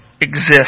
exist